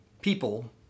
people